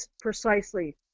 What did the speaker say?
precisely